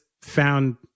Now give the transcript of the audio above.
found